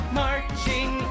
marching